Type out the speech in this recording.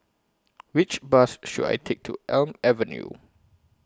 Which Bus should I Take to Elm Avenue